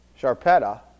Sharpetta